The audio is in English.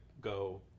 go